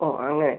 ഓ അങ്ങനെ